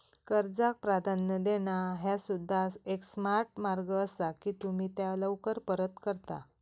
कर्जाक प्राधान्य देणा ह्या सुद्धा एक स्मार्ट मार्ग असा की तुम्ही त्या लवकर परत करता